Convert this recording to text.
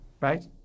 right